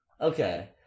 Okay